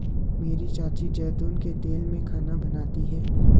मेरी चाची जैतून के तेल में खाना बनाती है